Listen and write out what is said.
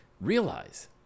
realize